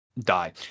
die